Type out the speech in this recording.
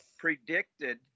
predicted